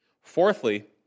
Fourthly